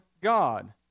God